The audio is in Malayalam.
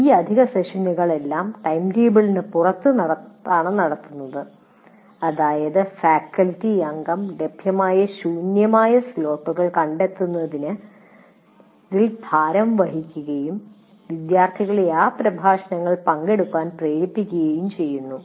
ഈ അധിക സെഷനുകളെല്ലാം ടൈംടേബിളിന് പുറത്താണ് നടത്തുന്നത് അതായത് ഫാക്കൽറ്റി അംഗം ലഭ്യമായ ശൂന്യമായ സ്ലോട്ടുകൾ കണ്ടെത്തുന്നതിൽ ഭാരം വഹിക്കുകയും വിദ്യാർത്ഥികളെ ആ പ്രഭാഷണങ്ങളിൽ പങ്കെടുക്കാൻ പ്രേരിപ്പിക്കുകയും ചെയ്യുന്നു